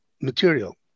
material